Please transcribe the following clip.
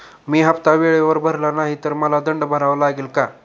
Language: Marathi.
मी हफ्ता वेळेवर भरला नाही तर मला दंड भरावा लागेल का?